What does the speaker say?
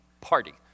party